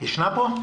בבקשה.